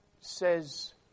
says